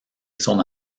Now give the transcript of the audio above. son